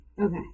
Okay